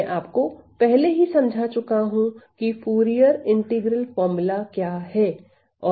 मैं आपको पहले ही समझा चुका हूं की फूरिये समाकल सूत्र क्या है